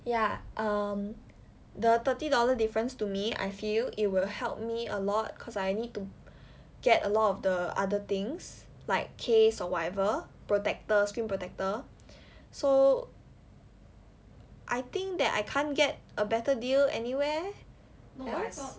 ya um the thirty dollar difference to me I feel it will help me a lot cause I need to get a lot of the other things like case or whatever protector screen protector so I think that I can't get a better deal anywhere else